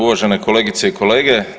Uvažene kolegice i kolege.